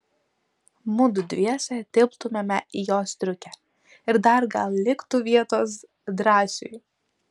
mudu dviese tilptumėme į jos striukę ir dar gal liktų vietos drąsiui